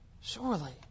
Surely